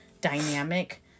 dynamic